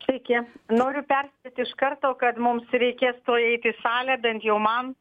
sveiki noriu perspėti iš karto kad mums reikės tuoj eiti į salę bent jau man